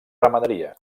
ramaderia